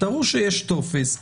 תראו שיש טופס,